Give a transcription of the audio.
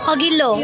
अघिल्लो